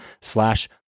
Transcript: slash